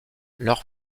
leur